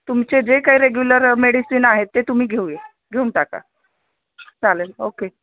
तुमचे जे काही रेग्युलर मेडिसिन आहेत ते तुम्ही घेऊ घेऊन टाका चालेल ओके